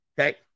Okay